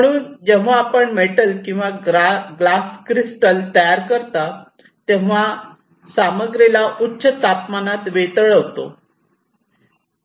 म्हणून जेव्हा आपण मेटल किंवा ग्लास क्रिस्टल्स तयार करता तेव्हा सामग्रीला उच्च तापमानात वितळवितो